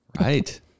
Right